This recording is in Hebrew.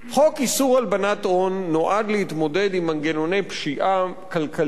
חוק איסור הלבנת הון נועד להתמודד עם מנגנוני פשיעה כלכלית